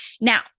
Now